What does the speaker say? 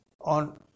on